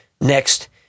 next